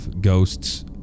ghosts